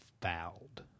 fouled